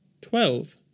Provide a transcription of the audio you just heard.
twelve